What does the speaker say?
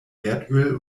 erdöl